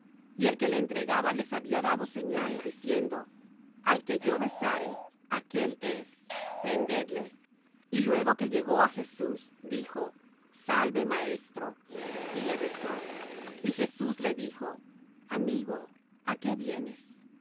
y el que le entregaba les había dado señal diciendo al que yo besare aquél es prendedle y luego que llegó á jesús dijo salve maestro y le besó y jesús le dijo amigo á qué vienes